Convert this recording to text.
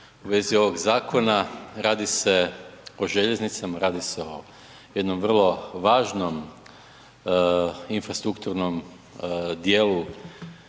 u vezi ovog zakona, radi se o željeznicama, radi se o jednom vrlo važnom infrastrukturnom djelu